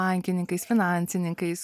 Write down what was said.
bankininkais finansininkais